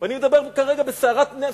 ואני מדבר כרגע בסערת נפש,